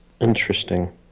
Interesting